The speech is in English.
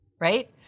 right